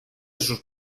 sus